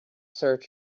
search